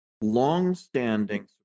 longstanding